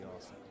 awesome